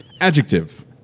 Adjective